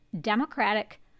democratic